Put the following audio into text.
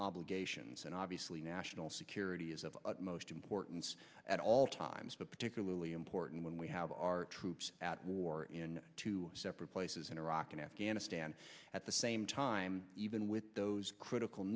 obligations and obviously national security is of utmost importance at all times but particularly important when we have our troops at war in two separate places in iraq and afghanistan at the same time even with those critical